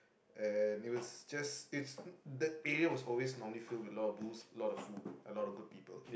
and it was just it's that area was always normally filled with a lot of booze a lot of food a lot of good people